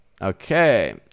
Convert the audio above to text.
okay